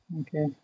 Okay